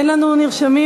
אין לנו נרשמים,